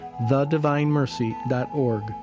thedivinemercy.org